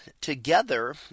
together